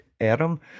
Adam